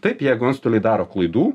taip jeigu antstoliai daro klaidų